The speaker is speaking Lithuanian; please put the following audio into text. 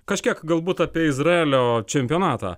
kažkiek galbūt apie izraelio čempionatą